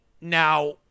now